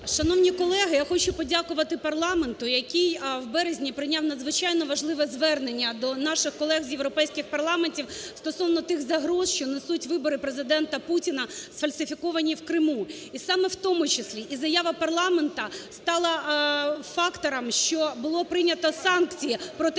Шановні колеги, я хочу подякувати парламенту, який в березні прийняв надзвичайно важливе звернення до наших колег з європейських парламентів стосовно тих загроз, що несуть вибори президента Путіна, сфальсифіковані в Криму. І саме, в тому числі, і заява парламенту стала фактором, що було прийнято санкції проти